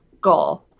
goal